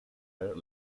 her